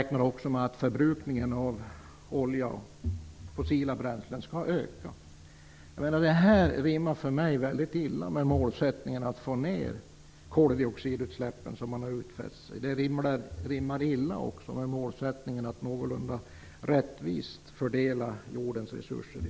Förbrukningen av olja och fossila bränslen beräknas dessutom öka. Detta rimmar, tycker jag, väldigt illa med målsättningen att få ned koldioxidutsläppen, vilket ju utfästs. Det rimmar också illa med målsättningen att i framtiden någorlunda rättvist fördela jordens resurser.